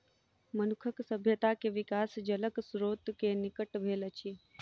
मनुखक सभ्यता के विकास जलक स्त्रोत के निकट भेल अछि